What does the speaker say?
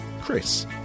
chris